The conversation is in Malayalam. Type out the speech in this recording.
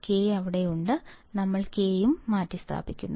K അവിടെയുണ്ട് ഞങ്ങൾ K യും മാറ്റിസ്ഥാപിച്ചു